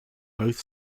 both